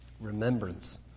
Remembrance